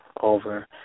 over